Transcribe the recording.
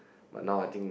but now I think